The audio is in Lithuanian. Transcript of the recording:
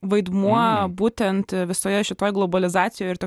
vaidmuo būtent visoje šitoj globalizacijoj ir tech